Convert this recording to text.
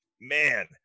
Man